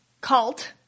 cult